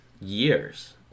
years